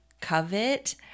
covet